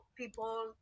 people